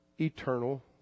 eternal